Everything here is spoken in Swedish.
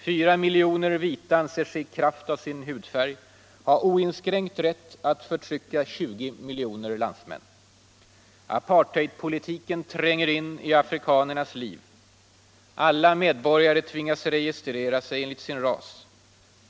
4 miljoner vita anser sig i kraft av sin hudfärg ha oinskränkt rätt att förtrycka 20 miljoner landsmän. Rasåtskillnadspolitiken — apartheid —- tränger in i varje del av afrikanernas liv. Alla medborgare tvingas registrera sig enligt sin ras.